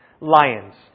lions